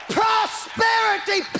prosperity